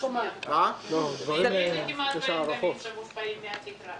אין כמעט רכבים שמושפעים מהתקרה.